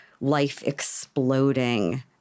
life-exploding